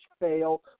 fail